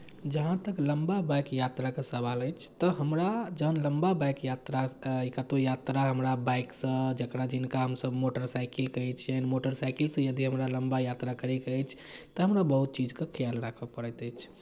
जहाँ तक लम्बा बाइक यात्राके सवाल अछि तऽ हमरा जहन लम्बा बाइक यात्रा कतहु यात्रा हमरा बाइकसँ जकरा जिनका हमसभ मोटरसाइकिल कहै छियनि मोटरसाइकिलसँ यदि हमरा लम्बा यात्रा करयके अछि तऽ हमरा बहुत चीजके ख्याल राखय पड़ैत अछि